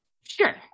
Sure